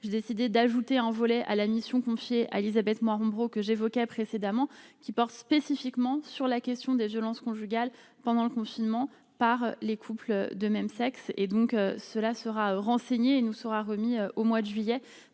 j'ai décidé d'ajouter un volet à la mission confiée à Élisabeth Morin que j'évoquais précédemment qui porte spécifiquement sur la question des violences conjugales pendant le confinement par les couples de même sexe et donc cela sera nous sera remis au mois de juillet